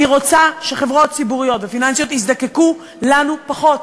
אני רוצה שחברות ציבוריות ופיננסיות יזדקקו לנו פחות.